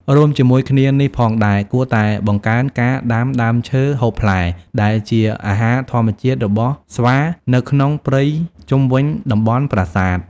រួមជាមួយគ្នានេះផងដែរ គួរតែបង្កើនការដាំដើមឈើហូបផ្លែដែលជាអាហារធម្មជាតិរបស់ស្វានៅក្នុងព្រៃជុំវិញតំបន់ប្រាសាទ។